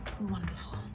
wonderful